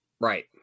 Right